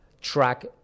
track